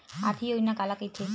आर्थिक योजना काला कइथे?